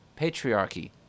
patriarchy